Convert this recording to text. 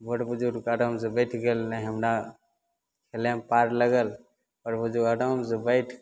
बर बुजुर्ग आरामसँ बैठ गेल ने हमरा खेलयमे पार लगल आओर ओ आरामसँ बैठकऽ